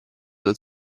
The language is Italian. dal